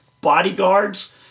bodyguards